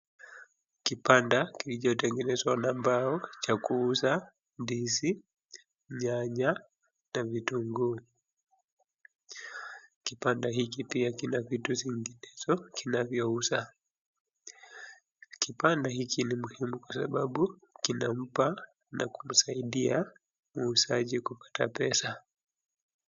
Kibanda kilichotengenezwa na mbao cha kuuza ndizi, nyanya na vitunguu. Kibanda hiki pia kina vitu zinginezo kinavyouza. Kibanda hiki ni muhimu kwa sababu kinampa na kumsaidia muuzaji kupata pesa.